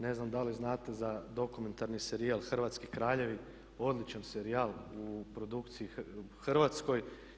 Ne znam da li znate za dokumentarni serijal "Hrvatski kraljevi" odličan serijal u produkciji hrvatskoj.